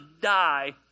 die